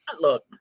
look